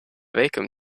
wacom